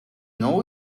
know